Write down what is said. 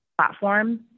platform